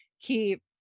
keep